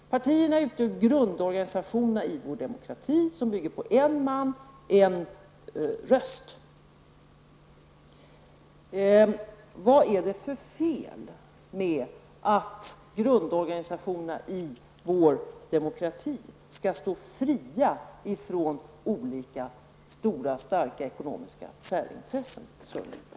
Partierna utgör ju grundorganisationerna i vår demokrati, vilken bygger på detta med en man, en röst. Vad är det för fel med att grundorganisationerna i vår demokrati skall stå fria i förhållande till olika stora starka ekonomiska särintressen, Sören Lekberg?